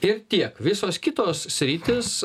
ir tiek visos kitos sritys